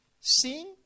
Seeing